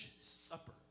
supper